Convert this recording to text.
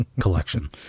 collection